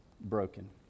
broken